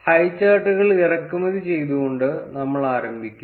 ഹൈചാർട്ടുകൾ ഇറക്കുമതി ചെയ്തുകൊണ്ട് നമ്മൾ ആരംഭിക്കും